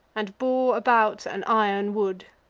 and bore about an iron wood.